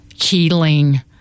healing